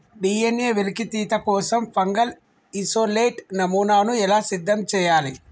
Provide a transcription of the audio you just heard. DNA వెలికితీత కోసం fungal isolate నమూనాను ఎలా సిద్ధం చెయ్యాలి?